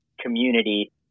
community